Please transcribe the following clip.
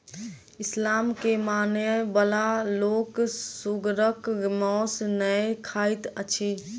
इस्लाम के मानय बला लोक सुगरक मौस नै खाइत अछि